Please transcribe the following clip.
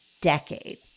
decade